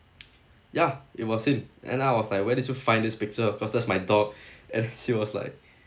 ya it was in and I was like where did you find this picture of course that's my dog and she was like